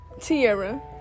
Tierra